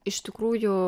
iš tikrųjų